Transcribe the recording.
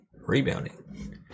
rebounding